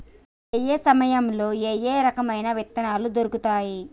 ఏయే సమయాల్లో ఏయే రకమైన విత్తనాలు దొరుకుతాయి?